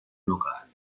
locali